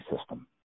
system